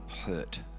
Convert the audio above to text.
hurt